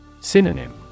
Synonym